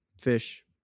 fish